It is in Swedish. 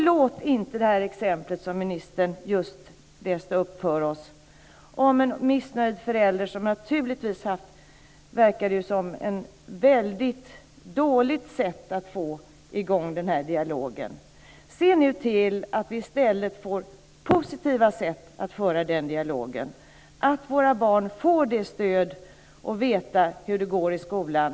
Låt inte det exempel tala som ministern just läste upp för oss om en missnöjd förälder som naturligtvis, verkar det som, har varit med om ett väldigt dåligt sätt att få i gång dialogen. Se till att vi stället får positiva sätt att föra dialogen på, så att våra barn får stödet att veta hur det går i skolan.